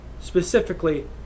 specifically